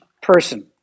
person